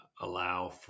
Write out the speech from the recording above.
allow